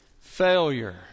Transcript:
Failure